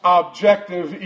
objective